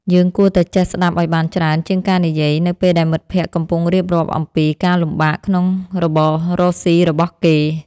យើងគួរតែចេះស្ដាប់ឱ្យបានច្រើនជាងការនិយាយនៅពេលដែលមិត្តភក្តិកំពុងរៀបរាប់អំពីការលំបាកក្នុងរបររកស៊ីរបស់គេ។